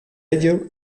ello